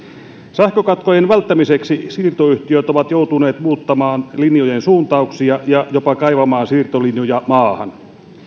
sähkökatkojen välttämiseksi siirtoyhtiöt ovat joutuneet muuttamaan linjojen suuntauksia ja jopa kaivamaan siirtolinjoja maahan